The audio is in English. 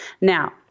Now